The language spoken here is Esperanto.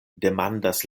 demandas